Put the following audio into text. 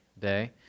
day